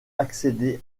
accéder